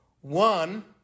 one